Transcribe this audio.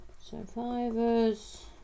survivors